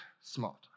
smart